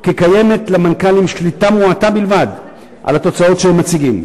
כי יש למנכ"לים שליטה מועטה בלבד על התוצאות שהם מציגים,